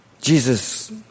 Jesus